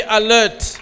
alert